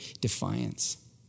defiance